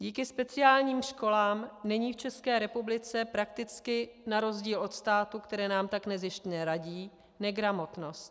Díky speciálním školám není v České republice prakticky na rozdíl od států, které nám tak nezištně radí negramotnost.